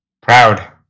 Proud